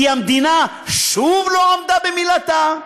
כי המדינה שוב לא עמדה במילתה,